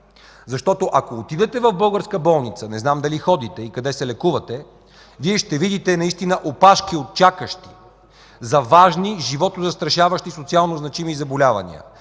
факт! Ако отидете в българска болница – не знам дали ходите и къде се лекувате – Вие ще видите наистина опашки от чакащи за важни, животозастрашаващи, социалнозначими заболявания.